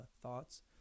Thoughts